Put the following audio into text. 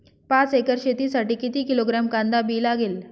पाच एकर शेतासाठी किती किलोग्रॅम कांदा बी लागेल?